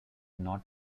not